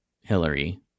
Hillary